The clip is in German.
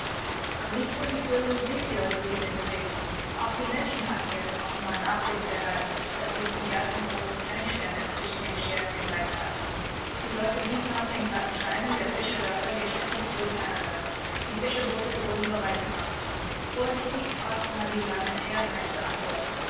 aber nicht nur die vögel und seetiere gerieten in bewegung auch die menschenhattenjetztoffenbarnachrichterhalten daßsichdieerstengroßen heringschwärme zwischen den schären gezeigt hatten die leute liefen auf den glatten steinen der fischerdörfer geschäftig durcheinander die fischerboote wurden bereit gemacht vorsichtig brachte man die langen heringnetzeanbord